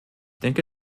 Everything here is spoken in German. denke